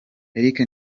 eric